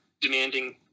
demanding